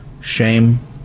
shame